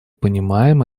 понимаем